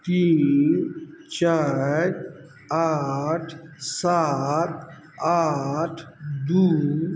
तीन चारि आठ सात आठ दुइ